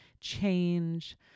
change